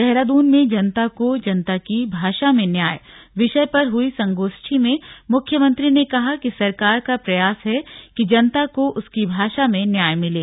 देहरादून मेंजनता को जनता की भाषा में न्याय विषय पर हुई संगोष्ठी में मुख्यमंत्री ने कहा कि सरकार का प्रयास है कि जनता को उसकी भाषा में न्याय मिले